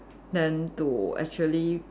then to actually